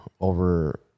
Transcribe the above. over